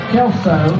Kelso